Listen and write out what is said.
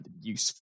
useful